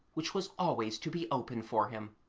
which was always to be open for him.